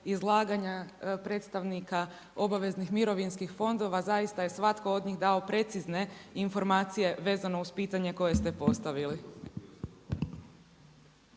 izlaganja predstavnika obaveznih mirovinskih fondova zaista je svatko od njih dao precizne informacije vezano uz pitanje koje ste postavili.